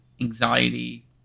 anxiety